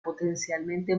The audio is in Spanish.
potencialmente